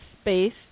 space